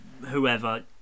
whoever